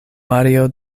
mario